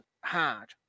hard